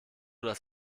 das